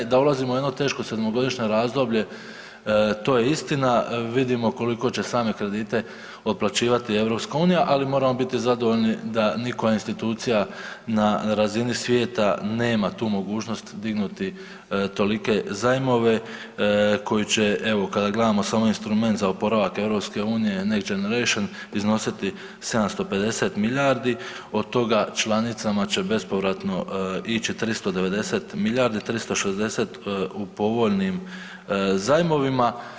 Da ulazimo u jedno teško sedmogodišnje razdoblje to je istina, vidimo koliko će same kredite otplaćivati EU, ali moramo biti zadovoljni da nikoja institucija na razini svijeta nema tu mogućnost dignuti tolike zajmove koji će evo kada gledamo samo instrument za oporavak „EU Next Generation“ iznositi 750 milijardi, od toga članicama će bespovratno ići 390 milijardi, 360 u povoljnim zajmovima.